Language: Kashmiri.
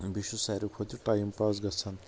بیٚیہِ چھُ ساروٕے کھۄتہٕ ٹایِم پاس گژھان